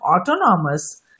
autonomous